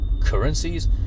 currencies